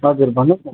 हजुर भन्नुहोस् न